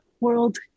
world